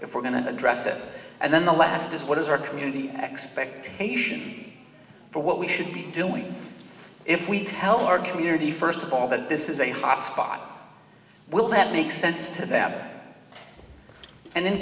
if we're going to address it and then the last is what is our community expectation for what we should be doing if we need to help our community first of all that this is a hot spot will that make sense to them and in